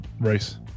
race